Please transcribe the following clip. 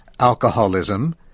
Alcoholism